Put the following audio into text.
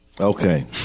Okay